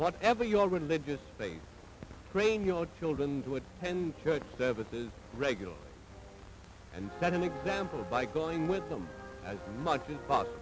whatever your religious they train your children to attend church services regularly and set an example by going with them as much as possible